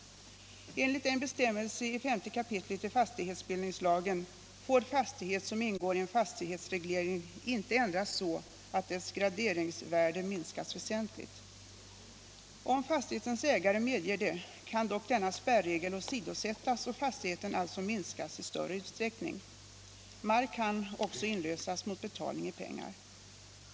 Enligt en bestämmelse i 5 kap. fastighetsbildningslagen får fastighet som ingår i fastighetsreglering inte ändras så, att dess graderingsvärde minskas väsentligt. Om fastighetens ägare medger det, kan dock denna spärregel åsidosättas och fastigheten alltså minskas i större utsträckning. Mark kan också inlösas mot betalning i pengar.